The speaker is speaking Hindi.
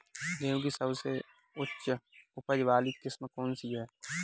गेहूँ की सबसे उच्च उपज बाली किस्म कौनसी है?